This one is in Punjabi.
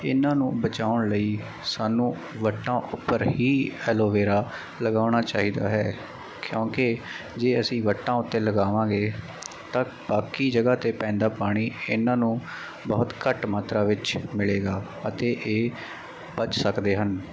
ਇਹਨਾਂ ਨੂੰ ਬਚਾਉਣ ਲਈ ਸਾਨੂੰ ਵੱਟਾਂ ਉੱਪਰ ਹੀ ਐਲੋਵੇਰਾ ਲਗਾਉਣਾ ਚਾਹੀਦਾ ਹੈ ਕਿਉਂਕਿ ਜੇ ਅਸੀਂ ਵੱਟਾਂ ਉੱਤੇ ਲਗਾਵਾਂਗੇ ਤਾਂ ਬਾਕੀ ਜਗ੍ਹਾ 'ਤੇ ਪੈਂਦਾ ਪਾਣੀ ਇਹਨਾਂ ਨੂੰ ਬਹੁਤ ਘੱਟ ਮਾਤਰਾ ਵਿੱਚ ਮਿਲੇਗਾ ਅਤੇ ਇਹ ਬਚ ਸਕਦੇ ਹਨ